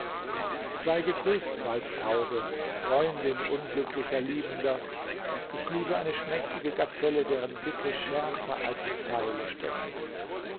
sei gegrüßt waldtaube freundin unglücklicher liebender ich liebe eine schmächtige gazelle deren blicke schärfer als pfeile stechen